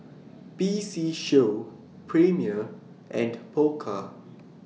P C Show Premier and Pokka